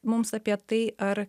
mums apie tai ar